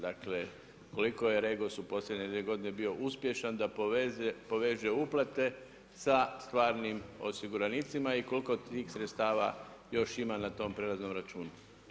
Dakle koliko je Regos u posljednje 2 godine bio uspješan da poveže uplate sa stvarnim osiguranicima i koliko tih sredstva još ima na tom prelaznom računu.